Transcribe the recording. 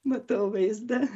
matau vaizdą